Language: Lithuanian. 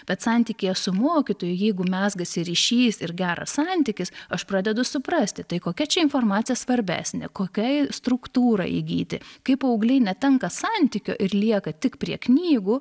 bet santykyje su mokytoju jeigu mezgasi ryšys ir geras santykis aš pradedu suprasti tai kokia čia informacija svarbesnė kokiai struktūrai įgyti kai paaugliai netenka santykio ir lieka tik prie knygų